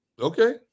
Okay